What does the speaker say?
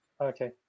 Okay